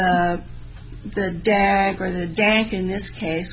the dagger the dank in this case